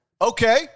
Okay